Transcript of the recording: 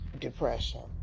depression